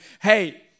hey